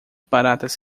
baratas